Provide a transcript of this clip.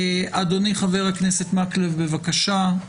חבר הכנסת מקלב, בבקשה.